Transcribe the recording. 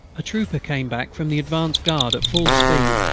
a trooper came back from the advance guard at full speed,